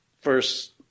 first